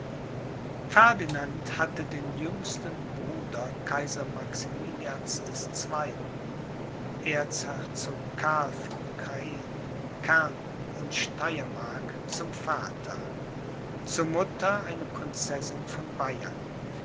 ferdinand hatte den jüngsten bruder kaiser maximilians des zweiten erzherzog karl von krain kärnthen und steyermark zum vater zur mutter eine prinzessin von bayern